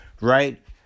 Right